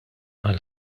għall